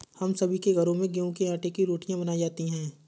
हम सभी के घरों में गेहूं के आटे की रोटियां बनाई जाती हैं